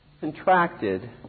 contracted